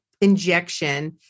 injection